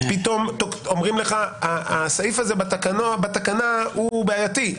פתאום אומרים לך שהסעיף הזה בתקנה הוא בעייתי,